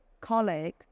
colleague